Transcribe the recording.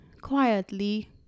quietly